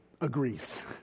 agrees